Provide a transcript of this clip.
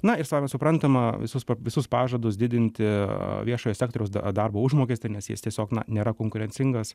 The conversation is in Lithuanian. na ir savaime suprantama visus visus pažadus didinti viešojo sektoriaus darbo užmokestį nes jis tiesiog na nėra konkurencingas